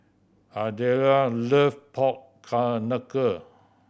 Ardelle loves pork knuckle